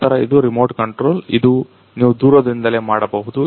ನಂತರ ಇದು remote control ಇದು ನೀವು ದೂರದಿಂದಲೇ ಮಾಡಬಹುದು